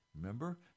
remember